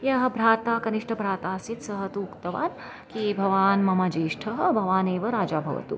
यः भ्राता कनिष्ठभ्राता आसीत् सः तु उक्तवान् किं भवान् मम ज्येष्ठः भवान् एव राजा भवतु